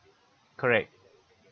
correct